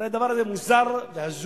הרי הדבר הזה מוזר והזוי,